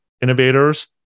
innovators